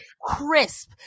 crisp